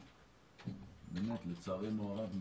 לצערנו הרב,